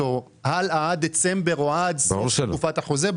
הלאה עד דצמבר או עד סוף תקופת החוזה?